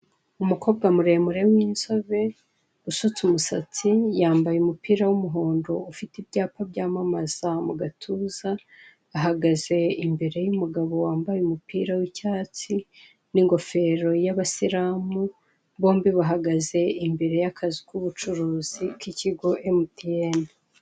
Umukobwa muremure w'inzobe usutse umusatsi yambaye umupira w'umuhondo ufite ibyapa byamamaza mu gatuza, ahagaze imbere y'umugabo wambaye umupira w'icyatsi n'ingofero y'abasilamu, bombi baghagaze imbere y'akazu k'ubucuruzi k'ikigo emutiyeni.